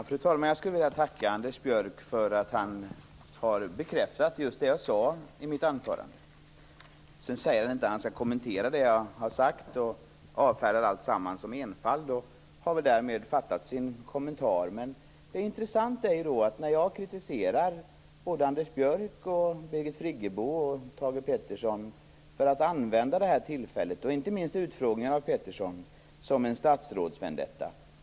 Fru talman! Jag skulle vilja tacka Anders Björck för att han har bekräftat just det jag sade i mitt anförande. Han säger att han inte skall kommentera det jag har sagt och avfärdar alltsamman som enfald. Han har väl därmed gjort sin kommentar. Jag kritiserar Anders Björck, Birgit Friggebo och Thage Peterson för att använda detta tillfälle, och inte minst utfrågningen av Peterson, som en statsrådsvendetta.